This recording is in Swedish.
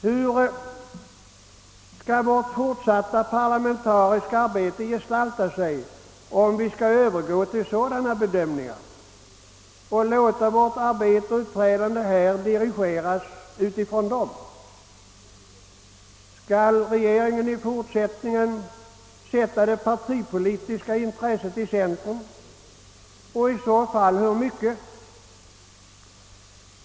Hur skall vårt fortsatta parlamentariska arbete gestalta sig, om vi skall övergå till sådana bedömningar och låta vårt arbete och uppträdande här i riksdagen dirigeras utifrån dessa? Skall regeringen i fortsättningen sätta det partipolitiska intresset i centrum och i så fall hur mycket?